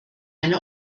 eine